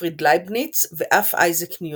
גוטפריד לייבניץ ואף אייזק ניוטון.